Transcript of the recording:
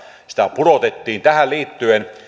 sitä pudotettiin tähän liittyen